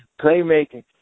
playmaking